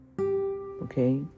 okay